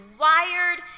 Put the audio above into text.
wired